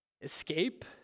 escape